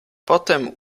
potem